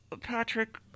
Patrick